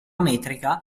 metrica